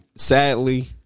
Sadly